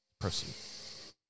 Proceed